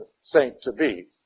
saint-to-be